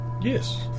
Yes